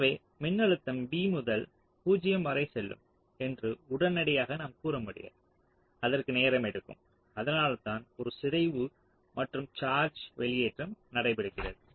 எனவே மின்னழுத்தம் v முதல் 0 வரை செல்லும் என்று உடனடியாக நாம் கூற முடியாது அதற்கு நேரம் எடுக்கும் அதனால்தான் ஒரு சிதைவு மற்றும் சார்ஜ் வெளியேற்றம் நடைபெறுகிறது